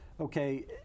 Okay